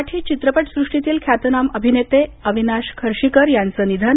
मराठी चित्रपटसृष्टीतील ख्यातनाम अभिनेते अविनाश खर्शीकर याचं निधन